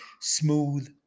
smooth